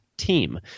team